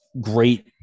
great